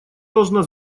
должна